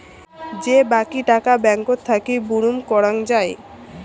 যে বাকী টাকা ব্যাঙ্কত থাকি বুরুম করং যাই